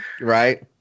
Right